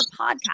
podcast